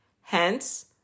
Hence